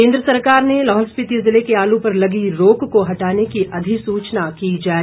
केंद्र सरकार ने लाहौल स्पीति जिले के आलू पर लगी रोक को हटाने की अधिसूचना की जारी